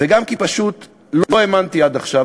וגם כי פשוט לא האמנתי עד עכשיו.